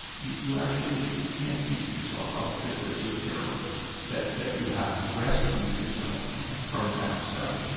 you you actually can't beat yourself up cause they're so terrible that that you have to rescue yourself yeah from that stuff.